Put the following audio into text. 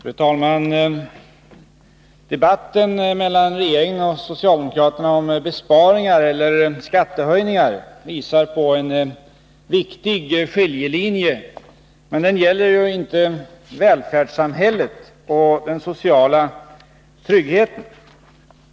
Fru talman! Debatten mellan regeringen och socialdemokraterna om besparingar eller skattehöjningar visar på en viktig skiljelinje. Men den gäller inte välfärdssamhället och den sociala tryggheten.